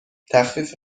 تخفیف